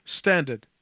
standard